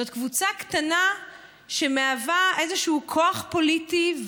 זאת קבוצה קטנה שמהווה איזשהו כוח פוליטי,